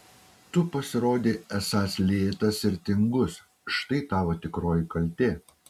tu pasirodei esąs lėtas ir tingus štai tavo tikroji kaltė